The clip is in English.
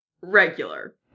regular